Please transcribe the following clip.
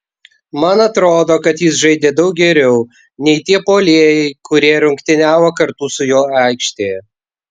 man atrodo kad jis žaidė daug geriau nei tie puolėjai kurie rungtyniavo kartu su juo aikštėje